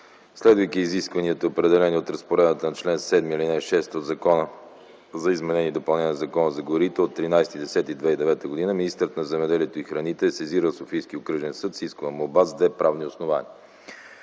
Следвайки изискванията, определени от разпоредбата на чл. 7, ал. 6 от Закона за изменение и допълнение на Закона за горите от 13.10.2009 г., министърът на земеделието и храните е сезирал Софийския окръжен съд с искове молба с две правни основания.